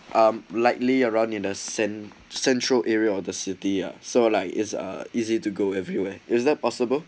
I'm likely around in a sense central area of the city ah so like it's easy to go everywhere is that possible